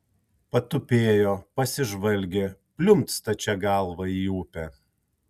patupėjo pasižvalgė pliumpt stačia galva į upę